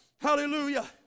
Hallelujah